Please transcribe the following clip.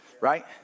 Right